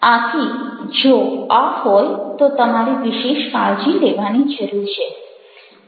આથી જો આ હોય તો તમારે વિશેષ કાળજી લેવાની જરૂર છે